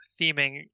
theming